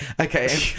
okay